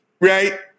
right